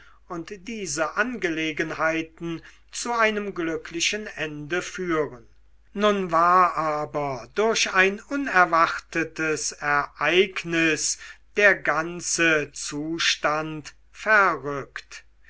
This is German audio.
und diese angelegenheiten zu einem glücklichen ende führen nun war aber durch ein unerwartetes ereignis der ganze zustand verruckt